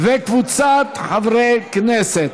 וקבוצת חברי הכנסת.